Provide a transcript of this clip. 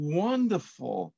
wonderful